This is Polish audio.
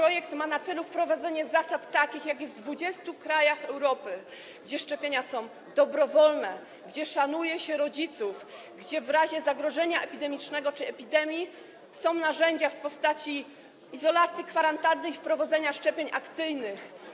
On ma na celu wprowadzenie takich zasad, jakie są w 20 krajach Europy, gdzie szczepienia są dobrowolne, gdzie szanuje się rodziców, gdzie w razie zagrożenia epidemicznego czy epidemii są narzędzia w postaci izolacji, kwarantanny i szczepień akcyjnych.